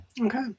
Okay